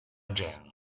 jean